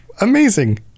amazing